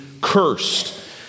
cursed